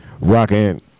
rocking